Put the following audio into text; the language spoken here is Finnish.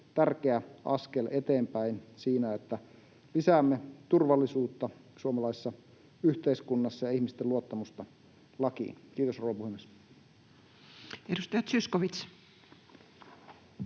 tärkeä askel eteenpäin siinä, että lisäämme turvallisuutta suomalaisessa yhteiskunnassa ja ihmisten luottamusta lakiin. — Kiitos, rouva puhemies.